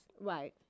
Right